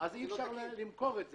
אי אפשר למכור את זה.